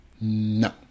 No